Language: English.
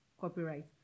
copyright